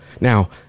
Now